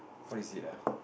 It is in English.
what is it uh